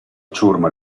ciurma